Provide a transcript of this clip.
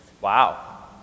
Wow